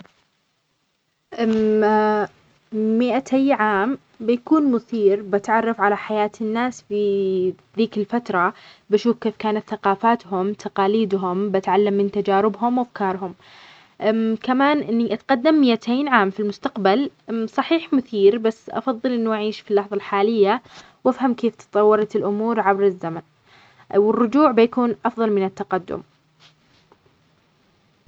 إذا كان عليّ الاختيار، بفضل التقدّم مئتين سنة إلى الأمام. السبب إنني أحب أعرف كيف راح يتطور العالم، خصوصًا من ناحية التكنولوجيا والعلوم. أريد أشوف كيف بتتغير الحياة والطريقة اللي بيعيش فيها الناس، وإذا كانت هناك تطورات في مجال البيئة أو الصحة.